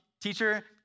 teacher